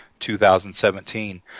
2017